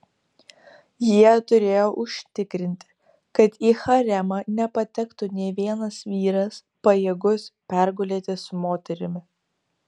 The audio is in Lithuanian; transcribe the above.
jie turėjo užtikrinti kad į haremą nepatektų nė vienas vyras pajėgus pergulėti su moterimi